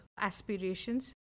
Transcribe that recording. aspirations